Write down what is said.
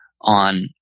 on